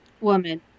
woman